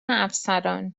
افسران